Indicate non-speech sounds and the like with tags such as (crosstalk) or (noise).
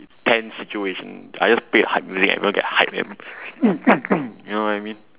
tense situation I just play hype music and I gonna get hype and (noise) you know what I mean